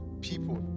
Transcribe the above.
people